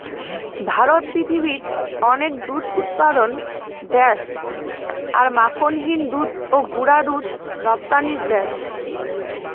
ভারত পৃথিবীত অনেক দুধ উৎপাদন দ্যাশ আর মাখনহীন দুধ ও গুঁড়া দুধ রপ্তানির দ্যাশ